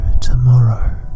tomorrow